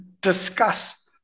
discuss